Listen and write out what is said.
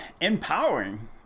empowering